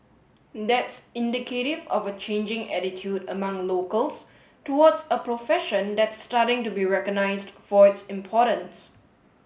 that's indicative of a changing attitude among locals towards a profession that's starting to be recognised for its importance